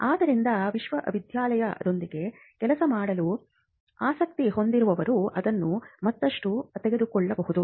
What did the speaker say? ಆದ್ದರಿಂದ ವಿಶ್ವವಿದ್ಯಾನಿಲಯದೊಂದಿಗೆ ಕೆಲಸ ಮಾಡಲು ಆಸಕ್ತಿ ಹೊಂದಿರುವವರು ಅದನ್ನು ಮತ್ತಷ್ಟು ತೆಗೆದುಕೊಳ್ಳಬಹುದು